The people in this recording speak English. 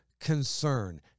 concern